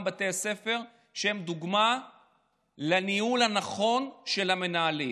בתי ספר שהם דוגמה לניהול הנכון של המנהלים.